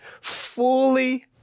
fully